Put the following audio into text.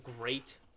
great